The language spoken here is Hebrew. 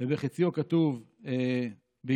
וחציו כתוב בעברית.